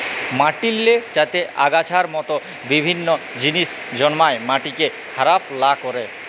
মাটিল্লে যাতে আগাছার মত বিভিল্ল্য জিলিস জল্মায় মাটিকে খারাপ লা ক্যরে